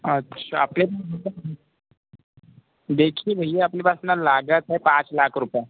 अच्छा आपके देखिए भैया अपने पास ना लागत है पाँच लाख रूपये